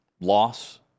loss